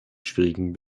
schwierigen